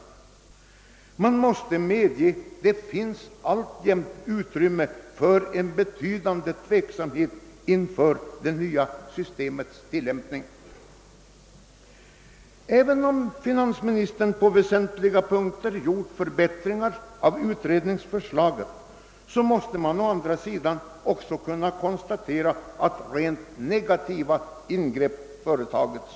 Man måste medge att det alltjämt finns utrymme för en betydande tveksamhet inför det nya systemets tillämpning. Även om finansministern på väsentliga punkter vidtagit förbättringar i förhållande till utredningsförslaget kan man också konstatera att rent negativa ingrepp företagits.